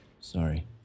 Sorry